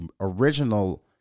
original